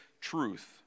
truth